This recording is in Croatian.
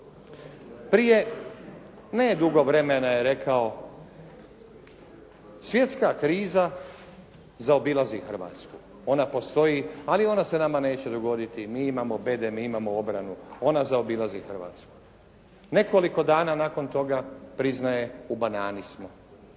Prije nedugo vremena je rekao, svjetska kriza zaobilazi Hrvatsku, ona postoji ali ona se nama neće dogoditi, mi imamo bedem, mi imamo obranu, ona zaobilazi Hrvatsku. Nekoliko dana nakon toga priznaje "u banani smo".